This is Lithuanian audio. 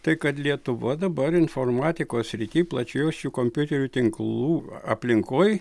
tai kad lietuva dabar informatikos srityje plačiajuosčių kompiuterių tinklų aplinkoj